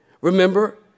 Remember